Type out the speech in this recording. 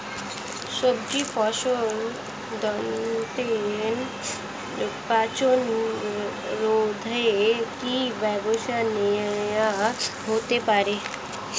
সবজি ফসলের দ্রুত পচন রোধে কি ব্যবস্থা নেয়া হতে পারে?